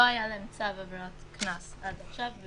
לא היה להם צו עבירות קנס עד עכשיו.